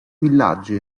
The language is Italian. villaggi